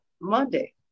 Monday